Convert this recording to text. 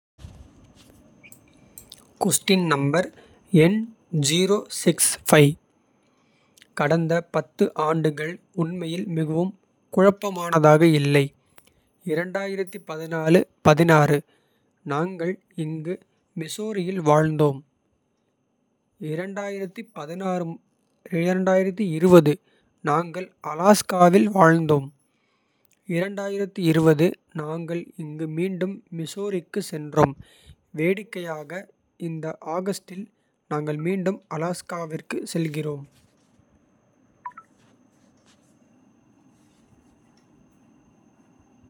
நான் எந்த நகரத்திலும் வசிக்கவில்லை. நான் தகவலை வழங்குவதற்கும் பணிகளில். உதவுவதற்கும் வடிவமைக்கப்பட்ட ஒரு கணினி நிரல். ஆனால் எனக்கு தனிப்பட்ட. அனுபவங்களோ உடல்நிலையோ இல்லை.